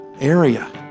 area